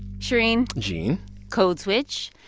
shereen gene code switch.